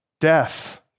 Death